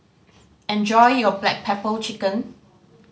enjoy your black pepper chicken